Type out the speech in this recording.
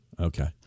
Okay